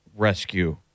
rescue